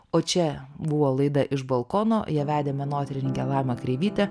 o čia buvo laida iš balkono ją vedė menotyrininkė laima kreivytė